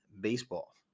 baseball